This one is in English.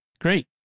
Great